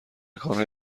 کارهای